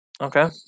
okay